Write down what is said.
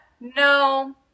No